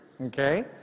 okay